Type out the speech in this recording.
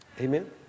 Amen